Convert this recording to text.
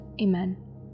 Amen